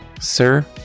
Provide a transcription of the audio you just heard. Sir